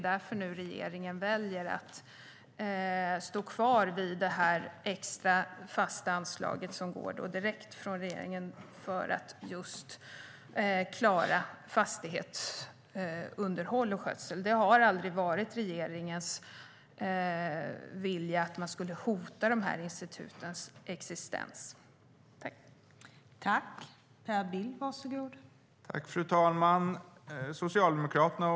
Därför väljer regeringen nu att stå fast vid det extra, fasta anslaget direkt från regeringen för just fastighetsunderhåll och skötsel.